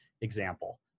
example